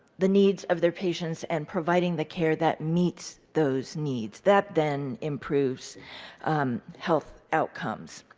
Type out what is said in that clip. the needs of their patients and providing the care that meets those needs. that, then, improves health outcomes.